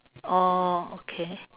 orh okay